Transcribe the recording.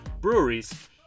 breweries